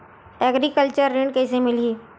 Agriculture ऋण कइसे मिलही?